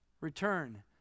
Return